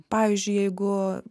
pavyzdžiui jeigu